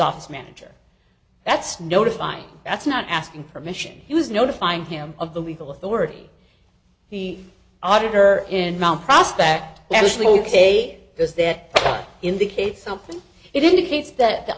office manager that's notifying that's not asking permission he was no to find him of the legal authority he auditor in mount prospect yes the u k is that indicates something it indicates that the